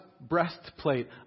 breastplate